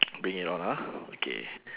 bring it on ah okay